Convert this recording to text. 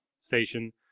station